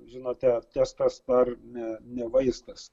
žinote testas ar ne ne vaistas